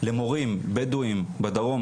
למורים בדואים בדרום,